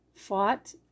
fought